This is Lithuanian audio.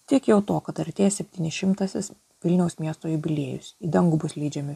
tiek jau to kad artėja septynišimtasis vilniaus miesto jubiliejus į dangų bus leidžiami